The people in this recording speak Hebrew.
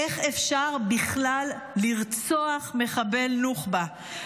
איך אפשר בכלל לרצוח מחבל נוח'בה?